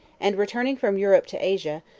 and returning from europe to asia,